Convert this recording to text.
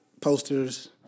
posters